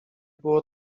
było